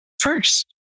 first